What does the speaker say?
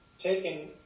taken